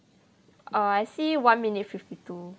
oh I see one minute fifty two